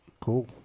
Cool